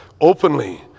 openly